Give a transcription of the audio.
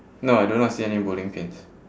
no I do not see any bowling pins